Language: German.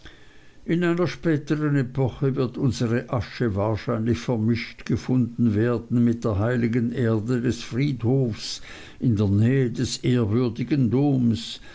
in einer spätern epoche wird unsere asche wahrscheinlich vermischt gefunden werden mit der heiligen erde des friedhofs in der nähe des ehrwürdigen doms